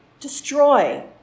destroy